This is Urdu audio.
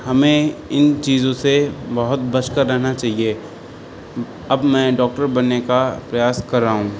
ہمیں ان چیزوں سے بہت بچ کر رہنا چاہیے اب میں ڈاکٹر بننے کا پریاس کر رہا ہوں